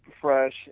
fresh